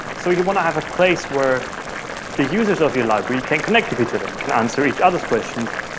so you want to have a place where the users of your library can connect with each other, and can answer each other s questions,